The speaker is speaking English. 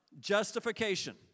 Justification